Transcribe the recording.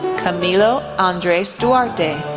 camilo andres duarte,